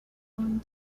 going